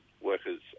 workers